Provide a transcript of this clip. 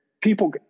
people